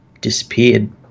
disappeared